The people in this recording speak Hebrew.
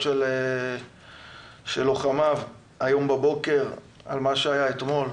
של לוחמיו היום בבוקר על מה ששודר אתמול.